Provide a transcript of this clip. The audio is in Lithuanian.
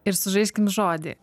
ir sužaiskim žodį